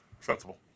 Sensible